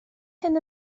hyn